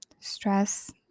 stress